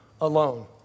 alone